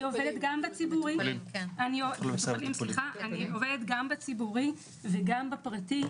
אני עובדת גם בציבורי וגם בפרטי,